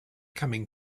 coming